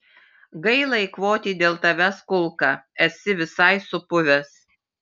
gaila eikvoti dėl tavęs kulką esi visai supuvęs